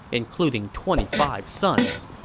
including twenty five sons.